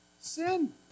sin